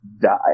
die